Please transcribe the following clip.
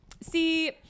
See